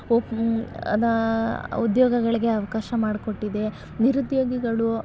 ಉದ್ಯೋಗಗಳಿಗೆ ಅವಕಾಶ ಮಾಡಿಕೊಟ್ಟಿದೆ ನಿರುದ್ಯೋಗಿಗಳು